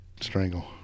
strangle